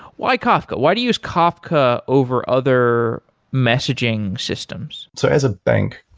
why kafka? why do you use kafka over other messaging systems? so as a bank,